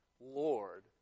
Lord